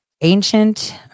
ancient